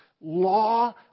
law